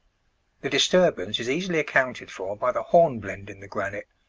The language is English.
the disturbance is easily accounted for by the hornblende in the granite,